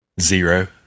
Zero